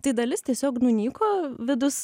tai dalis tiesiog nunyko vidus